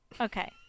okay